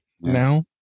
now